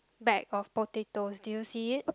bag of potatoes do you see it